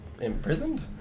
Imprisoned